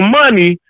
money